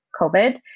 COVID